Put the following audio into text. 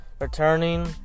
returning